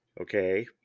Okay